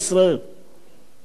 עדיין לא קיבלתי תשובה.